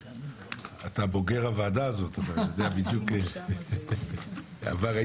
אתה בוגר הוועדה הזו, אז אתה מכיר בדיוק, אבל שם